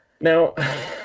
Now